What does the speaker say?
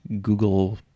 Google